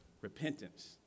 repentance